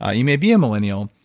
ah you may be a millennial.